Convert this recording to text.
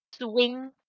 swing